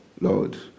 Lord